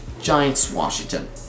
Giants-Washington